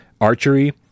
Archery